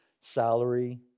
salary